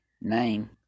name